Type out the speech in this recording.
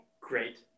Great